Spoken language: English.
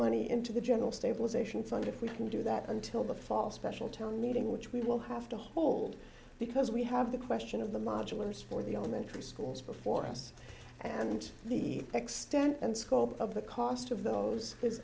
money into the general stabilization fund if we can do that until the fall special town meeting which we will have to hold because we have the question of the modulus for the elementary schools before us and the extent and scope of the cost of those